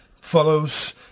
follows